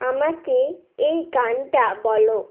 আমাকে এই গানটা বলো